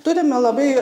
turime labai